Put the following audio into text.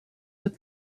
but